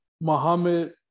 Muhammad